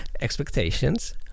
expectations